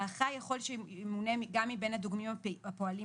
האחראי יכול שימונה גם מבין הדוגמים הפועלים